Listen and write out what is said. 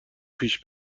پیش